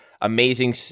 Amazing